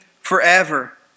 forever